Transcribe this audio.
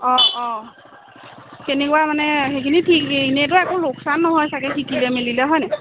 অঁ অঁ তেনেকুৱা মানে সেইখিনি ঠিক এনেতো একো লোকচান নহয় চাগে শিকিলে মিলিলে হয়নে